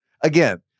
Again